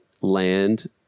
land